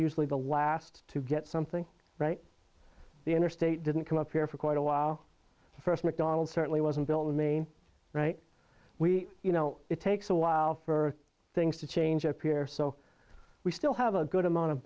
usually the last to get something right the interstate didn't come up here for quite a while first mcdonald's certainly wasn't built in maine we you know it takes allow for things to change appear so we still have a good amount of